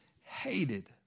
hated